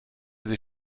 sich